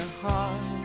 heart